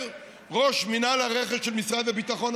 אומר ראש מינהל הרכש הקודם של משרד הביטחון,